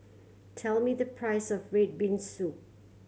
tell me the price of red bean soup